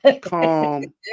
Calm